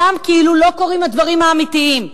שם כאילו לא קורים הדברים האמיתיים,